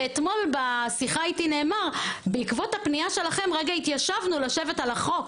אתמול בשיחה איתי נאמר: בעקבות הפנייה שלכם רגע התיישבנו לשבת על החוק.